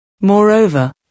Moreover